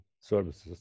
services